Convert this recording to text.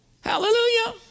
Hallelujah